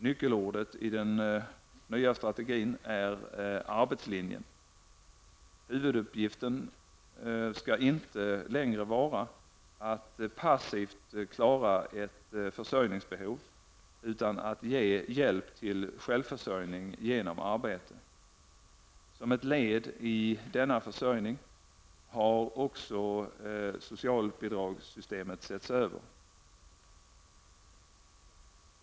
Nyckelordet i den nya stategi när arbetslinjen. Huvuduppgiften skall inte längre vara att passivt klara ett försörjningsbehov utan att ge hjälp till självförsörjning genom arbete. Som ett led i denna försörjning har också socialbidragssystemet setts över.